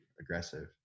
aggressive